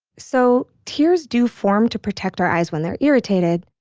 so, tears do form to protect our eyes when they're irritated,